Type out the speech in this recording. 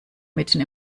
mitten